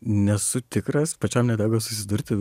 nesu tikras pačiam neteko susidurti